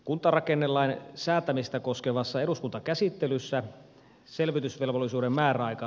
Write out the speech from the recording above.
kuntarakennelain säätämistä koskevassa eduskuntakäsittelyssä selvitysvelvollisuuden määräaika